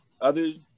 others